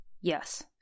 Yes